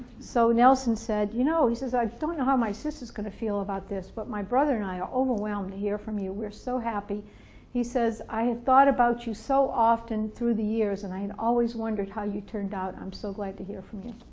so nelson said you know i don't know how my sister is going to feel about this but my brother and i are overwhelmed to hear from you, we're so happy' he says i thought about you so often through the years and i and always wondered how you turned out i'm so glad to hear from you